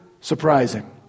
surprising